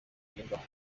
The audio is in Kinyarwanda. kugerwaho